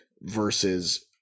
versus